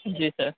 جی سر